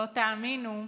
לא תאמינו,